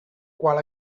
qual